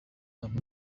ham